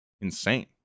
Insane